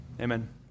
amen